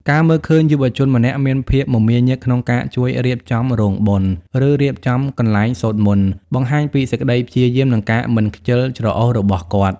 ការមើលឃើញយុវជនម្នាក់មានភាពមមាញឹកក្នុងការជួយរៀបចំរោងបុណ្យ ឬរៀបចំកន្លែងសូត្រមន្ត បង្ហាញពីសេចក្ដីព្យាយាម និងការមិនខ្ជិលច្រអូសរបស់គាត់។